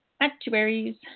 actuaries